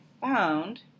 found